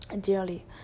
dearly